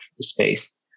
space